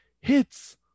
hits